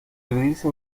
dividirse